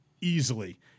easily